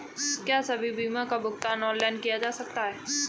क्या सभी बीमा का भुगतान ऑनलाइन किया जा सकता है?